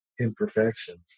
imperfections